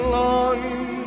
longing